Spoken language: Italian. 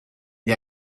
gli